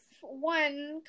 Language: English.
one